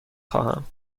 خواهم